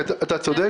אתה צודק.